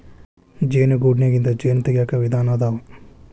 ಜೇನು ಗೂಡನ್ಯಾಗಿಂದ ಜೇನ ತಗಿಯಾಕ ವಿಧಾನಾ ಅದಾವ